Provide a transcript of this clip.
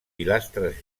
pilastres